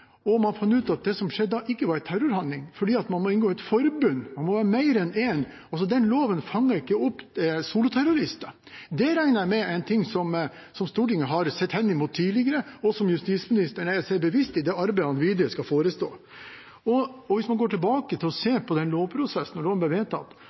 Man fant ut at det som skjedde da, ikke var en terrorhandling, fordi man må inngå et forbund – man må være flere enn én. Den loven fanget ikke opp soloterrorister. Det regner jeg med er noe Stortinget har sett henimot tidligere, og som justisministeren er seg bevisst i arbeidet han videre skal forestå. Hvis man går tilbake